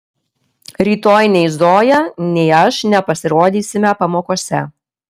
rytoj nei zoja nei aš nepasirodysime pamokose